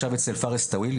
ישב אצל פארס טוויל,